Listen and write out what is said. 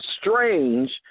strange